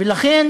ולכן